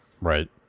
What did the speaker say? Right